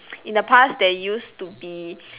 in the past there used to be